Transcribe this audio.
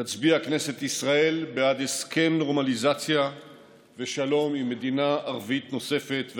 תצביע כנסת ישראל בעד הסכם נורמליזציה ושלום עם מדינה ערבית נוספת,